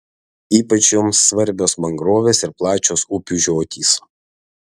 ypač joms svarbios mangrovės ir plačios upių žiotys